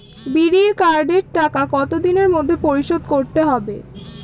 বিড়ির কার্ডের টাকা কত দিনের মধ্যে পরিশোধ করতে হবে?